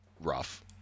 rough